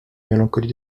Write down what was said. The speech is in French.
mélancolie